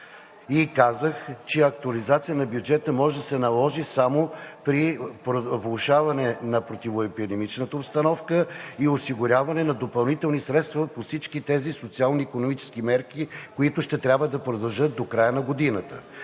Казах, че актуализация на бюджета може да се наложи само при влошаване на противоепидемичната обстановка и осигуряване на допълнителни средства по всички тези социално-икономически мерки, които ще трябва да продължат до края на годината.